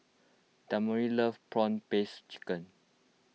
Demario loves Prawn Paste Chicken